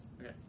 okay